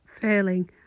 failing